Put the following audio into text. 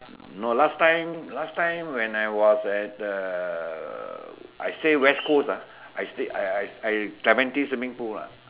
no last time last time when I was at the I stay West coast ah I stay I I Clementi swimming pool ah